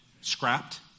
scrapped